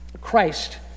Christ